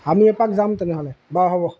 আমি এপাক যাম তেনেহ'লে বাৰু হ'ব